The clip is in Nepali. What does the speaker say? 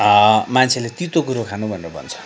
मान्छेले तितो कुरो खानु भनेर भन्छ